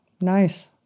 Nice